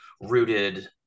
rooted